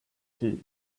tea